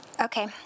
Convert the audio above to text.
Okay